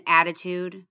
attitude